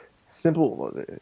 simple